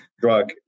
drug